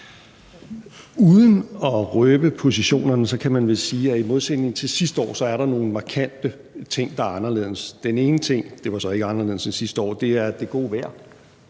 Uden at røbe positionerne kan man vist sige, at i modsætning til sidste år er der nogle markante ting, der er anderledes. Den ene ting – det var så ikke anderledes end sidste år – er det gode vejr,